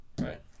Right